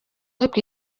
ariko